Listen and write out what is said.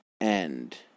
end